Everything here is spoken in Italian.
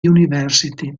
university